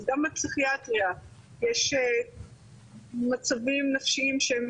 אז גם בפסיכיאטריה יש מצבים נפשיים שהם